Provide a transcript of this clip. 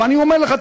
ואני אומר לך,